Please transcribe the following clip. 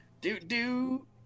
Do-do